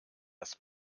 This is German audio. das